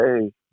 hey